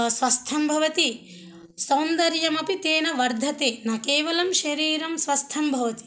स्वस्थं भवति सौन्दर्यमपि तेन वर्धते न केवलं शरीरं स्वस्थं भवति